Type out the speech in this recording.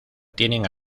tienen